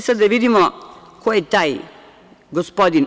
Sada da vidimo ko je taj gospodin.